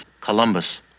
Columbus